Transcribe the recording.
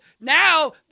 now